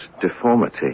deformity